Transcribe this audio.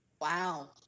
Wow